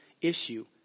issue